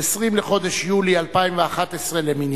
20 בחודש יולי 2011 למניינם,